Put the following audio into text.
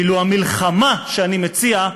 ואילו המלחמה שאני מציע,